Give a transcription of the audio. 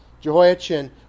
Jehoiachin